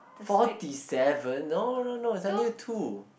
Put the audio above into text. forty seven no no no is only two